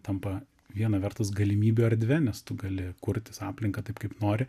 tampa viena vertus galimybių erdve nes tu gali kurtis aplinką taip kaip nori